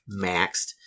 maxed